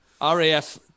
RAF